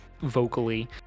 vocally